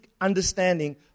understanding